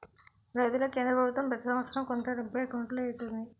రైతులకి కేంద్ర పభుత్వం ప్రతి సంవత్సరం కొంత డబ్బు ఎకౌంటులో ఎత్తంది